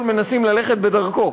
ואנחנו בסך הכול מנסים ללכת בדרכו.